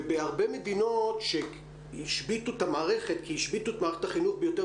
ובהרבה מדינות שהשביתו את המערכת - כי השביתו את מערכת החינוך ביותר